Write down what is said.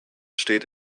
steht